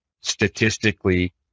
statistically